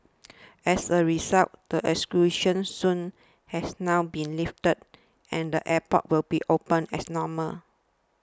as a result the exclusion zone has now been lifted and the airport will be open as normal